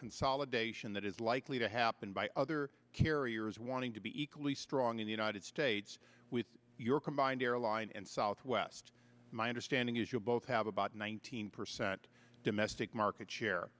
consolidation that is likely to happen by other carriers wanting to be equally strong in the united states with your combined airline and southwest my understanding is you both have about nineteen percent domestic market share